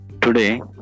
today